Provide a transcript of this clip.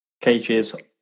Cage's